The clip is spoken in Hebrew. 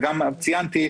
וגם ציינתי,